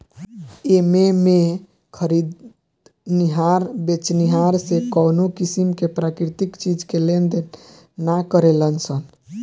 एमें में खरीदनिहार बेचनिहार से कवनो किसीम के प्राकृतिक चीज के लेनदेन ना करेलन सन